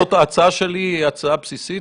זאת הצעה שלי, היא הצעה בסיסית.